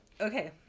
Okay